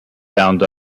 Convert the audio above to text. bound